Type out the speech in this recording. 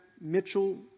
Mitchell